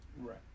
Right